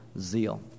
zeal